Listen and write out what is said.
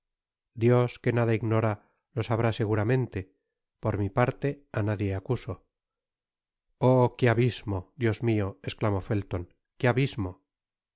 dios que nada ignora lo sabrá seguramente por mi parte á nadie acuso oh qué abismo dios mio esclamó felton qué abismo